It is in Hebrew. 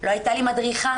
לא הייתה לי מדריכה